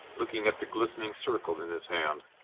looking at the glistening circle in his hand.